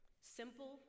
Simple